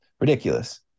ridiculous